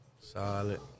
solid